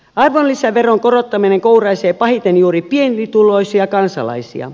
arvonlisäveron korottaminen kouraisee pahiten juuri pienituloisia kansalaisia